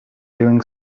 doing